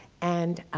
and